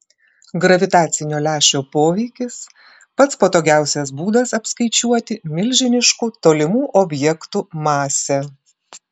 gravitacinio lęšio poveikis pats patogiausias būdas apskaičiuoti milžiniškų tolimų objektų masę